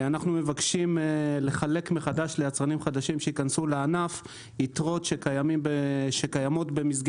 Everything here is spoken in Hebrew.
אנחנו מבקשים לחלק מחדש יתרות שקיימות במסגרת